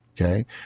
Okay